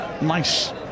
Nice